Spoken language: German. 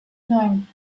nein